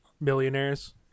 millionaires